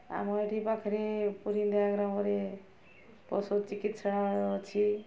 ଆମ ଏଇଠି ପାଖରେ ପୁରୀନ୍ଦା ଗ୍ରାମରେ ପଶୁ ଚିକିତ୍ସାଳୟ ଅଛି